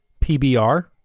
PBR